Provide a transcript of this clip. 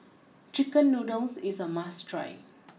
Chicken Noodles is a must try